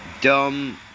Dumb